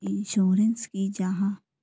Insurance की जाहा?